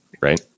right